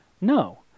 No